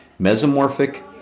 mesomorphic